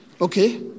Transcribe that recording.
okay